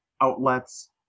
outlets